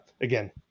Again